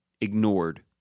ignored